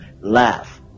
Laugh